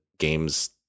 games